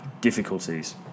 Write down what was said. difficulties